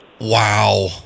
Wow